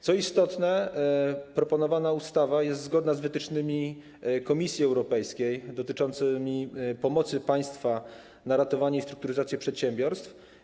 Co istotne, proponowana ustawa jest zgodna z wytycznymi Komisji Europejskiej dotyczącymi pomocy państwa na ratowanie i restrukturyzację przedsiębiorstw.